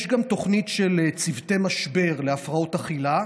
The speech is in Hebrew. יש גם תוכנית של צוותי משבר להפרעות אכילה,